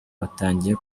batangiye